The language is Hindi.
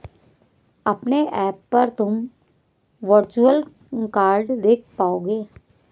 अपने ऐप पर तुम वर्चुअल कार्ड देख पाओगे